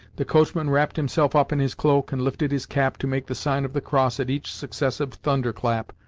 the coachman wrapped himself up in his cloak and lifted his cap to make the sign of the cross at each successive thunderclap,